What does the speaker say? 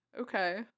Okay